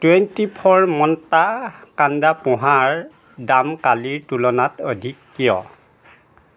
twenty four মন্ত্ৰা কাণ্ডা প'হাৰ দাম কালিৰ তুলনাত অধিক কিয়